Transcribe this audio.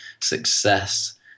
success